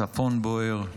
הצפון בוער,